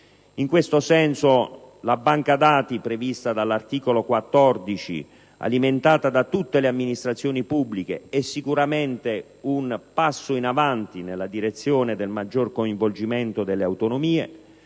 In questo senso, la banca dati prevista dall'articolo 14, alimentata da tutte le amministrazioni pubbliche, rappresenta sicuramente un passo in avanti nella direzione del maggior coinvolgimento delle autonomie,